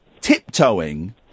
tiptoeing